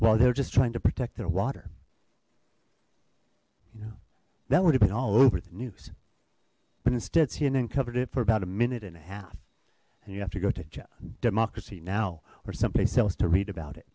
while they're just trying to protect their water you know that would have been all over the news but instead she and then covered it for about a minute and a half and you have to go to jon democracy now or someplace else to read about it